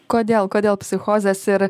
kodėl kodėl psichozės ir